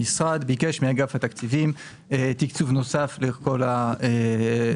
המשרד ביקש מאגף התקציבים תקצוב נוסף לכל האירוע,